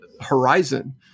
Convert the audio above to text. horizon